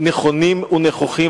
נכונים ונכוחים.